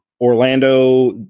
Orlando